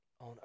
on